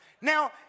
Now